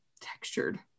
textured